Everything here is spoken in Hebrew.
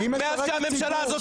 מאז שהממשלה הזאת קמה,